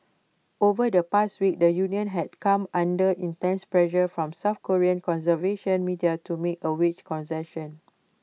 over the past week the union has come under intense pressure from south Korean conservative media to make A wage concessions